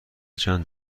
چند